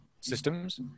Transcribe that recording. systems